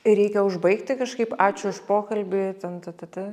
reikia užbaigti kažkaip ačiū už pokalbį ten tė tė tė